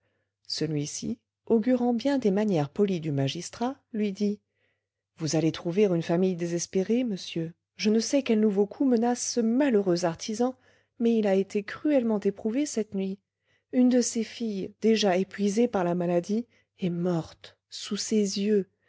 celui-ci augurant bien des manières polies du magistrat lui dit vous allez trouver une famille désespérée monsieur je ne sais quel nouveau coup menace ce malheureux artisan mais il a été cruellement éprouvé cette nuit une de ses filles déjà épuisée par la maladie est morte sous ses yeux